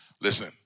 Listen